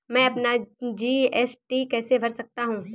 मैं अपना जी.एस.टी कैसे भर सकता हूँ?